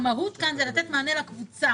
המהות כאן זה לתת מענה לקבוצה,